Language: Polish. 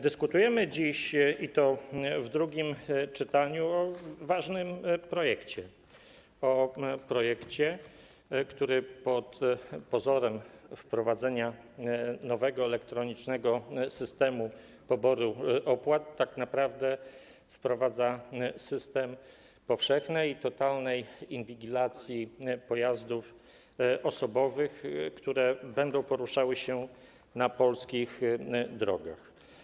Dyskutujemy dziś, i to w drugim czytaniu, o ważnym projekcie, o projekcie, w którym pod pozorem wprowadzenia nowego elektronicznego systemu poboru opłat tak naprawdę wprowadza się system powszechnej i totalnej inwigilacji pojazdów osobowych, które będą poruszały się po polskich drogach.